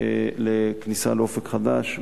לכניסה ל"אופק חדש",